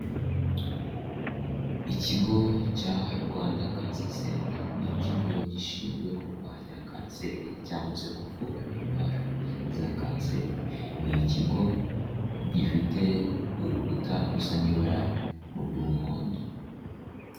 Ikigo cya Rwanda kansa senta, ni ikigo gishinzwe kurwanya kanseri cyangwa se kuvura indwara za kanseri. Ni ikigo gifite urukuta rusa n'ibara mu by'umuhondo